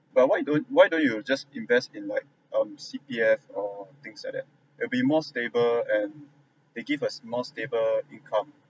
but why don't why don't you just invest in like um C_P_F or things like that it'll be more stable and they give us more stable income